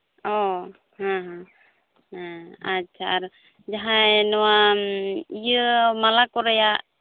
ᱚ ᱦᱮᱸ ᱦᱮᱸ ᱦᱮᱸ ᱟᱪᱪᱷᱟ ᱟᱨ ᱡᱟᱦᱟᱸᱭ ᱱᱚᱣᱟ ᱤᱭᱟᱹ ᱢᱟᱞᱟ ᱠᱚ ᱨᱮᱭᱟᱜ